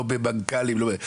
לא במנכ"לים.